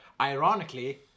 Ironically